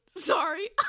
Sorry